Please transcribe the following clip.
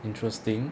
interesting